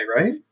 right